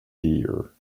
deer